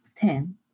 Ten